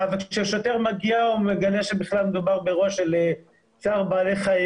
וכשהשוטר מגיע הוא בכלל באירוע של צער בעלי חיים,